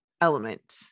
element